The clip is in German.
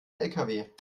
lkw